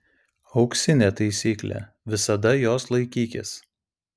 auksinė taisyklė visada jos laikykis